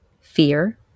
fear